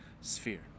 sphere